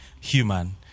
human